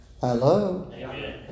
Hello